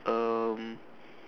uh